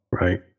right